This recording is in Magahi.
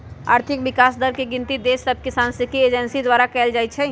आर्थिक विकास दर के गिनति देश सभके सांख्यिकी एजेंसी द्वारा कएल जाइ छइ